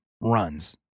runs